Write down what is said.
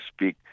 speak